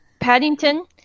Paddington